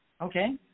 Okay